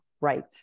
right